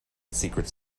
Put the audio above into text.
secrets